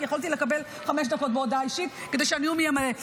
כי יכולתי לקבל חמש דקות בהודעה אישית כדי שהנאום יהיה מלא.